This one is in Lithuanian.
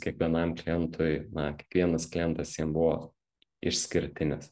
kiekvienam klientui na kiekvienas klientas jiem buvo išskirtinis